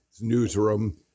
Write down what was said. newsroom